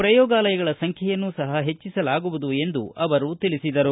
ಶ್ರಯೋಗಾಲಯಗಳ ಸಂಖ್ಯೆಯನ್ನು ಸಹ ಹೆಚ್ಚಿಸಲಾಗುವುದು ಎಂದು ಅವರು ತಿಳಿಸಿದರು